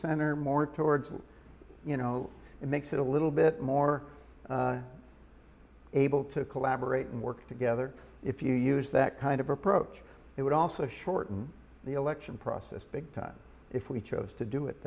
center more towards you know it makes it a little bit more able to collaborate and work together if you use that kind of approach it would also shorten the election process big time if we chose to do it